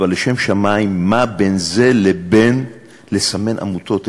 אבל, למען השם, מה בין זה לבין לסמן עמותות?